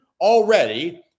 already